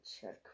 check